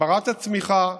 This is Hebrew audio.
הגברת הצמיחה.